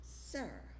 sir